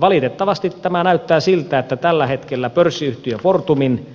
valitettavasti tämä näyttää siltä että tällä hetkellä pörssiyhtiö fortumin